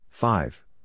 Five